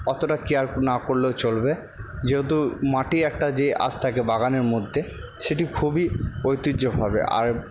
অতটা কেয়ার না করলেও চলবে যেহেতু মাটি একটা যে আশ থাকে বাগানের মধ্যে সেটি খুবই ঐতিহ্য হবে আর